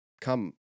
come